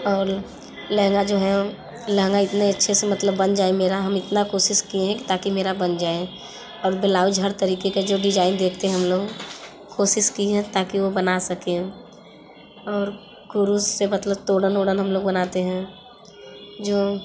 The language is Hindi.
और लहंगा जो है लहंगा इतने अच्छे से मतलब बन जाए मेरा हम इतना कोशिश किए हैं ताकि मेरा बन जाए और ब्लाउज हर तरीक़े का जो डिजाइन देखते हैं हम लोग कोशिश की है ताकि वह बना सकें और कुरूस से मतलब तोड़न ओडन हम लोग बनाते हैं जो